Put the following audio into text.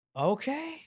Okay